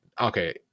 Okay